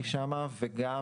וגם